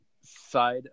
side